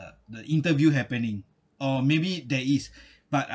the interview happening or maybe there is but